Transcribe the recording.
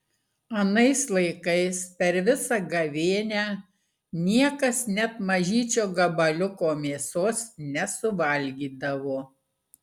anais laikais per visą gavėnią niekas net mažyčio gabaliuko mėsos nesuvalgydavo